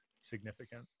significant